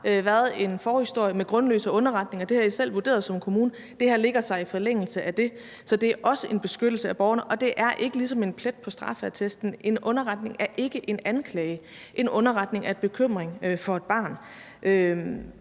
været en forhistorie med grundløse underretninger – det har I som kommune selv vurderet – og det her lægger sig i forlængelse af det. Så det er også en beskyttelse af borgerne; og det er ikke ligesom en plet på straffeattesten. En underretning er ikke en anklage – en underretning er en bekymring for et barn.